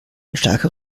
starker